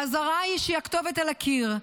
האזהרה היא הכתובת על הקיר,